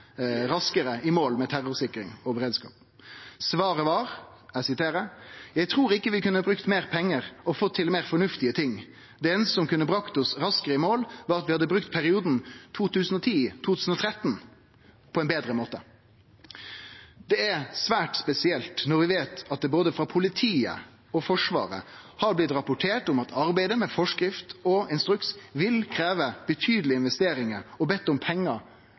raskare i mål med terrorsikring og beredskap. Svaret var: «Jeg tror ikke vi kunne brukt mer penger og fått til mer fornuftige ting. Det eneste som kunne brakt oss raskere i mål, var at vi hadde brukt perioden 2010–2013 på en bedre måte.» Det er svært spesielt, når vi veit at både politiet og Forsvaret har rapportert om at arbeidet med forskrift og instruks vil krevje betydelege investeringar, og har bedt om pengar